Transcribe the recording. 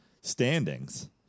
standings